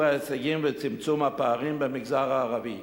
ההישגים וצמצום הפערים במגזר הערבי.